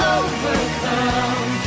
overcome